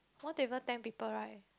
one table ten people right